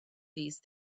these